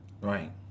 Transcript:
right